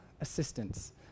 assistance